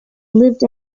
lived